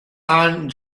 ann